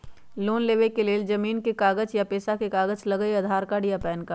Loan लेवेके लेल जमीन के कागज या पेशा के कागज लगहई या आधार कार्ड या पेन कार्ड?